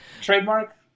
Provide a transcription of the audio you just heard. Trademark